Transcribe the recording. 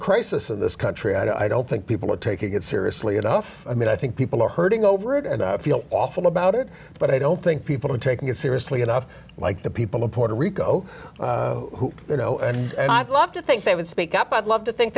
crisis of this country i don't think people would take it seriously enough i mean i think people are hurting over it and i feel awful about it but i don't think people are taking it seriously enough like the people of puerto rico who you know and i'd love to think they would speak up i'd love to think